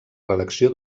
redacció